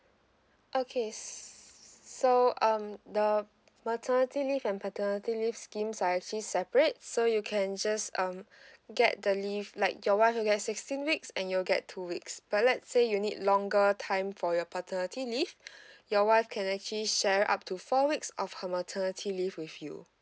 okay so um the maternity leave and paternity leave schemes are actually separate so you can just um get the leave like your wife will get sixteen weeks and you'll get two weeks but lets say you need longer time for your paternity leave your wife can actually share up to four weeks of her maternity leave with you